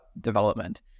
development